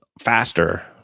Faster